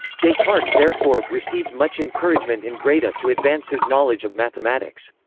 descartes, therefore, received much encouragement in breda to advance his knowledge of mathematics.